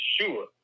sure